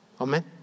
Amen